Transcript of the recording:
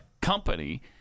company